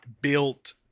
built